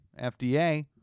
FDA